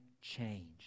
change